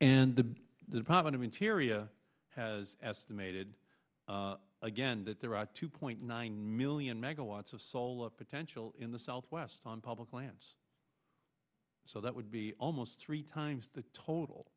and the department of interior has estimated again that there are two point nine million megawatts of soul of potential in the southwest on public lands so that would be almost three times the total